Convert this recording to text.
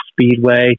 Speedway